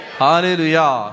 hallelujah